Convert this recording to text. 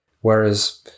whereas